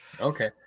Okay